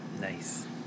Nice